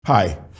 Hi